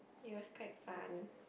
it was quite fun